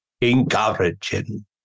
encouraging